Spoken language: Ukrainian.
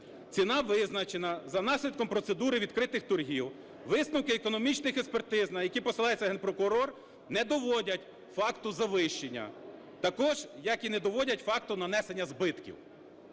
Ціна визначена за наслідком процедури відкритих торгів. Висновки економічних експертиз, на які посилається Генпрокурор, не доводять факту завищення, також як і не доводять факту нанесення збитків.